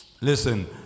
Listen